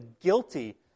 guilty